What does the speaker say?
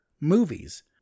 movies